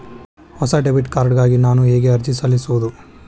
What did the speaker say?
ಹೊಸ debit card ಗಾಗಿ ನಾನು ಹೇಗೆ ಅರ್ಜಿ ಸಲ್ಲಿಸುವುದು?